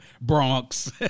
Bronx